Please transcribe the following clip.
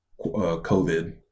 COVID